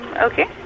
okay